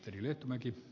arvoisa puhemies